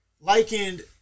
likened